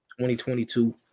2022